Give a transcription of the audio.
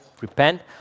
repent